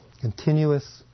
continuous